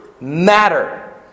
matter